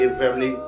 family